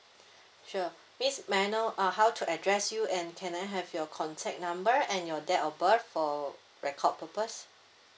sure miss may I know uh how to address you and can I have your contact number and your date of birth for record purpose